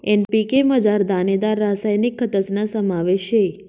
NPK मझार दानेदार रासायनिक खतस्ना समावेश शे